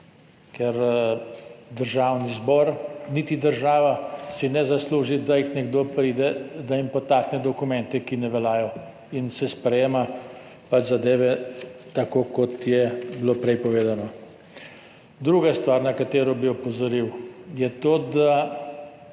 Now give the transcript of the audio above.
si Državni zbor niti država ne zaslužita, da nekdo pride in jima podtakne dokumente, ki ne veljajo, in se sprejema pač zadeve tako, kot je bilo prej povedano. Druga stvar, na katero bi opozoril, je to, da